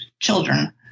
children